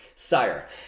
sire